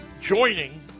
joining